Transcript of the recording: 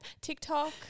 tiktok